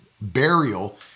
Burial